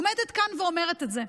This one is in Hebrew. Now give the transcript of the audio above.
עומדת כאן ואומרת את זה.